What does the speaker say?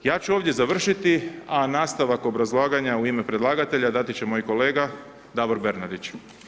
Ja ću ovdje završili, a nastavak obrazlaganja u ime predlagatelja dati će moj kolega Davor Bernardić.